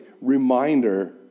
reminder